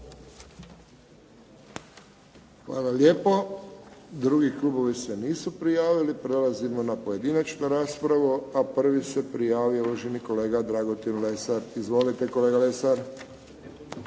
Hvala lijepo. Drugi klubovi se nisu prijavili. Prelazimo na pojedinačnu raspravu, a prvi se prijavio uvaženi kolega Dragutin Lesar. Izvolite kolega Lesar.